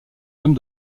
dame